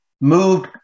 moved